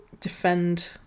Defend